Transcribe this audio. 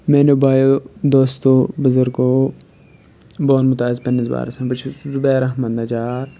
میانیو بایو دوستو بُزرگو بہٕ وَنمو تۄہہِ آز پنٛنِس بارس منٛز بہٕ چھُس زُبیر احمد نجار